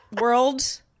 World